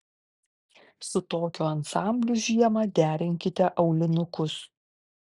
su tokiu ansambliu žiemą derinkite aulinukus